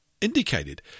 indicated